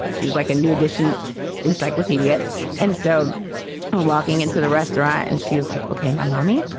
she's like a new addition encyclopedia and so walking into the restaurant and she's like, okay, no, mommy.